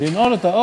לנעול אותה.